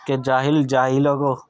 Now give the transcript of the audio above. کہ جاہل جاہلوں کو